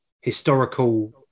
historical